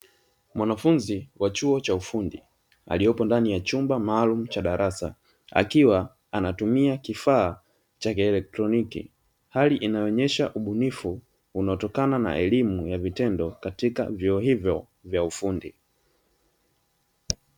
Mwanafunzi wa chuo cha ufundi aliyepo ndani ya chumba maalumu cha darasa, akiwa anatumia kifaa cha kielektroniki; hali inayoonesha ubunifu unaotokana na elimu ya vitendo katika vyuo hivyo vya ufundi.